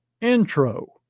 intro